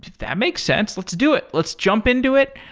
that makes sense. let's do it. let's jump into it.